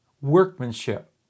workmanship